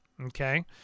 Okay